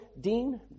Dean